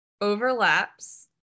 overlaps